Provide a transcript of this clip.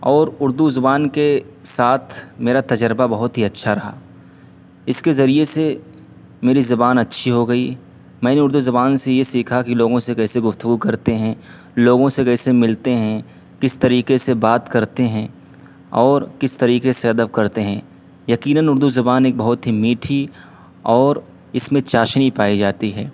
اور اردو زبان کے ساتھ میرا تجربہ بہت ہی اچّھا رہا اس کے ذریعے سے میری زبان اچّھی ہو گئی میں نے اردو زبان سے یہ سیکھا کہ لوگوں سے کیسے گفتگو کرتے ہیں لوگوں سے کیسے ملتے ہیں کس طریقے سے بات کرتے ہیں اور کس طریقے سے ادب کرتے ہیں یقیناً اردو زبان ایک بہت ہی میٹھی اور اس میں چاشنی پائی جاتی ہے